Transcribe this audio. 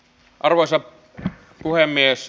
arvoisa puhemies